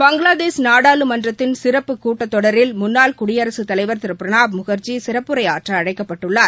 பங்களாதேஷ் நாடாளுமன்றத்தின் சிறப்புக் கூட்டத்தொடரில் முன்னாள் குடியரசுத் தலைவர் திரு பிரணப் முகர்ஜி சிறப்புரை ஆற்ற அழைக்கப்பட்டுள்ளார்